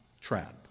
trap